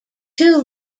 two